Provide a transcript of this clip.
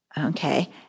okay